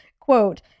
quote